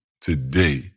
today